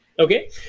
Okay